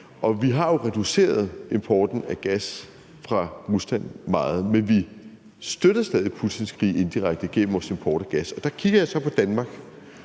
Vi har jo reduceret importen af gas fra Rusland meget, men vi støtter stadig Putins krig indirekte gennem vores import af gas. Og der kigger jeg så på Danmark.